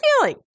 feeling